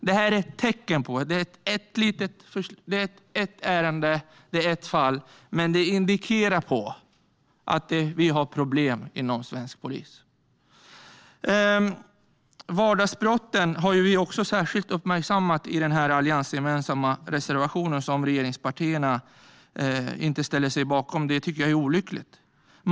Detta är bara ett ärende och ett fall, men det är ett tecken på - och det indikerar - att vi har problem inom svensk polis. I den alliansgemensamma reservationen har vi särskilt uppmärksammat vardagsbrotten. Regeringspartierna ställer sig inte bakom den, vilket jag tycker är olyckligt.